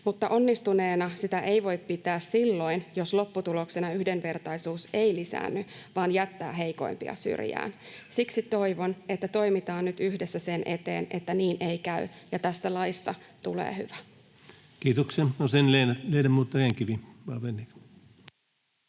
mutta onnistuneena sitä ei voi pitää silloin, jos lopputuloksena yhdenvertaisuus ei lisäänny vaan jättää heikoimpia syrjään. Siksi toivon, että toimitaan nyt yhdessä sen eteen, että niin ei käy ja tästä laista tulee hyvä. Kiitoksia. — Och sedan ledamot Rehn-Kivi,